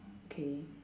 K